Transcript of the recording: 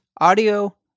audio